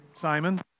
Simon